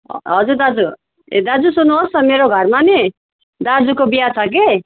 हजुर दाजु ए दाजु सुन्नुहोस् न मेरो घरमा नि दाजुको बिहा छ कि